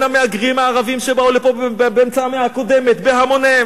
הן המהגרים הערבים שבאו לפה באמצע המאה הקודמת בהמוניהם,